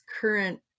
current